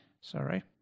Sorry